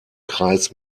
kreis